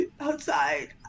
outside